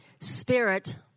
spirit